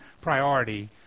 priority